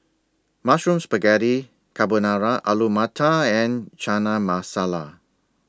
Mushroom Spaghetti Carbonara Alu Matar and Chana Masala